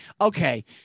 okay